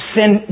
send